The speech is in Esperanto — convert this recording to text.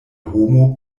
homo